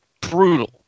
Brutal